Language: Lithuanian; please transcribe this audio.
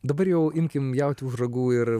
dabar jau imkim jautį už ragų ir